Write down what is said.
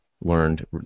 learned